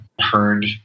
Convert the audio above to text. heard